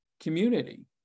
community